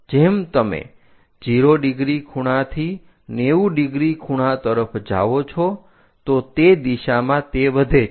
જેમ તમે 0° ખૂણાથી 90° ખૂણા તરફ જાઓ છો તો તે દિશામાં તે વધે છે